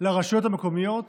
לרשויות המקומיות,